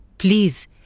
Please